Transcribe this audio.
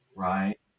Right